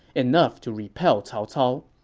enough to repel cao cao.